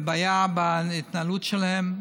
בעיה בהתנהלות שלהם.